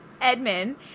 Edmund